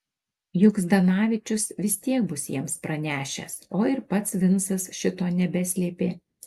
juk zdanavičius vis tiek bus jiems pranešęs o ir pats vincas šito nebeslėpė